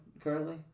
currently